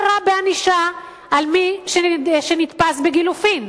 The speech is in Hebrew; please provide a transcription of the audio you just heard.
מה רע בענישה של מי שנתפס בגילופין?